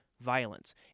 violence